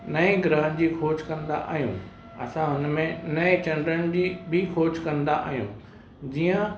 नए ग्रहन जी खोज कंदा आहियूं असां हुनमें नए चंडनि जी बि खोज कंदा आहियूं जीअं